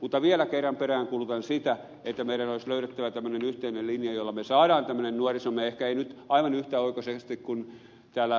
mutta vielä kerran peräänkuulutan sitä että meidän olisi löydettävä tämmöinen yhteinen linja jolla me saamme nuorisollemme ehkä ei nyt aivan yhtä oikoisesti kuin täällä ed